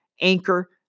anchor